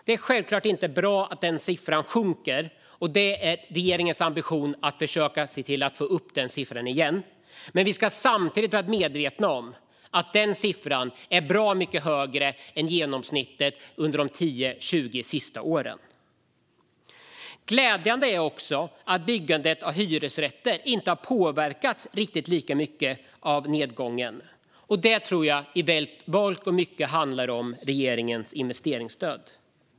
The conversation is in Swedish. Det är självklart inte bra att siffran sjunker, och regeringens ambition är att få upp siffran igen. Vi ska dock samtidigt vara medvetna om att årets siffra är bra mycket högre än genomsnittet de senaste 10-20 åren. Glädjande är att byggandet av hyresrätter inte har påverkats lika mycket av nedgången. Det är nog i mångt och mycket tack vare regeringens investeringsstöd.